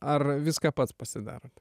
ar viską pats pasidarot